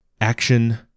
Action